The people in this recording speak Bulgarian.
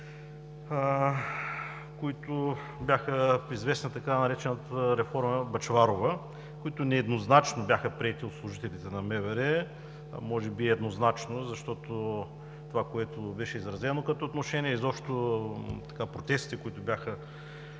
които бяха известни като така наречената „реформа Бъчварова“, които нееднозначно бяха приети от служителите на МВР. А може би еднозначно, защото това, което беше изразено като отношение, и изобщо протестите, които бяха